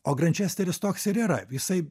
o grančesteris toks ir yra jisai